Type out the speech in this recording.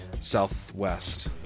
southwest